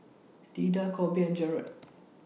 Lida Kolby and Jarod